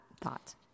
thought